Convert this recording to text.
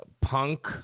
punk